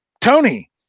Tony